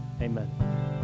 Amen